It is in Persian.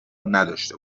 نداشته